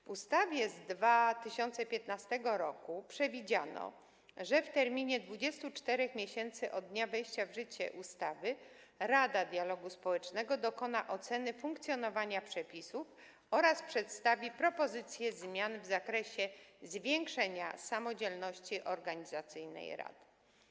W ustawie z 2015 r. przewidziano, że w terminie 24 miesięcy od dnia wejścia w życie ustawy Rada Dialogu Społecznego dokona oceny funkcjonowania przepisów oraz przedstawi propozycje zmian w zakresie zwiększenia samodzielności organizacyjnej rady.